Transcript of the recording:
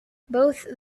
both